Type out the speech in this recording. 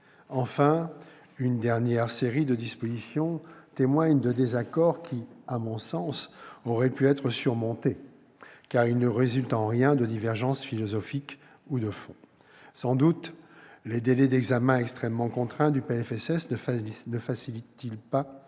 Enfin, une dernière série de dispositions témoigne de désaccords, qui, à mon sens, auraient pu être surmontés, car ils ne résultent en rien de divergences philosophiques ou de fond. Sans doute les délais d'examen extrêmement contraints du projet de loi de